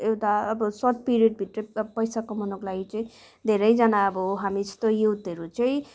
एउटा अब सर्ट पिरियडभित्र पैसा कमाउनको लागि चाहिँ धेरैजना अब हामी जस्तो युथहरू चाहिँ